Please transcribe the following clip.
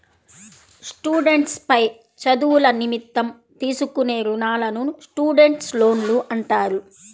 students పై చదువుల నిమిత్తం తీసుకునే రుణాలను స్టూడెంట్స్ లోన్లు అంటారు